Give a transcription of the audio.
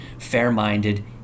fair-minded